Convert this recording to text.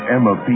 Emma